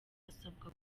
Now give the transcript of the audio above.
asabwa